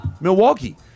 Milwaukee